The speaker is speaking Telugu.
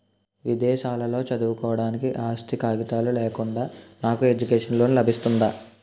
విదేశాలలో చదువుకోవడానికి ఆస్తి కాగితాలు లేకుండా నాకు ఎడ్యుకేషన్ లోన్ లబిస్తుందా?